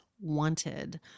wanted